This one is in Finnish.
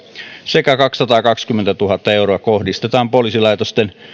sekä kaksisataakaksikymmentätuhatta euroa kohdistetaan poliisilaitosten